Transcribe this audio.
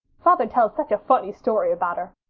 father tells such a funny story about her.